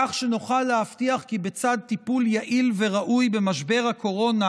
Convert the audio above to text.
כך שנוכל להבטיח כי בצד טיפול יעיל וראוי במשבר הקורונה